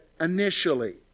initially